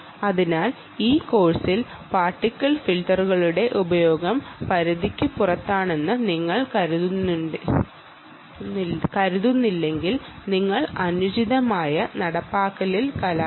അതിനാൽ ഈ കോഴ്സിൽ പാർട്ടിക്കിൾ ഫിൽട്ടറുകളുടെ ഉപയോഗം കണക്കാക്കിയില്ലെങ്കിൽ നിങ്ങൾ അനുചിതമായ ശരിയായ ഇമ്പ്ലിെമൻ്റ്റേറഷനിൽ എത്തണമെന്നില്ല